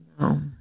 No